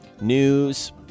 News